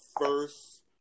first